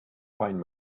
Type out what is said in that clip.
find